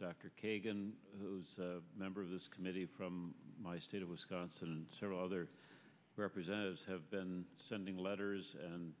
dr kagan who's a member of this committee from my state of wisconsin and several other representatives have been sending letters and